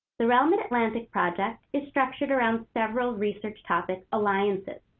the rel mid-atlantic project is structured around several research topic alliances,